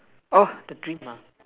oh the dream uh